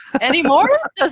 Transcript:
Anymore